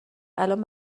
الان